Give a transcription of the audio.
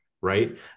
right